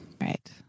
Right